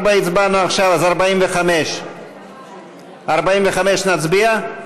הצבענו על 44. עכשיו הסתייגות מס' 45. להצביע על 45?